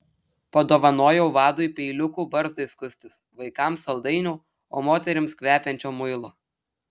padovanojau vadui peiliukų barzdai skustis vaikams saldainių o moterims kvepiančio muilo